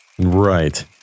Right